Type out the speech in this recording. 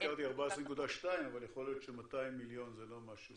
הזכרתי 14.2, אבל יכול להיות ש-200 זה לא משהו.